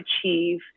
achieve